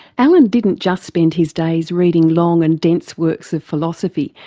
alan didn't just spend his days reading long and dense works of philosophy,